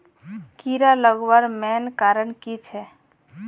कीड़ा लगवार मेन कारण की छे?